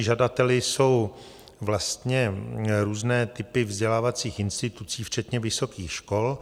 Žadateli jsou různé typy vzdělávacích institucí včetně vysokých škol.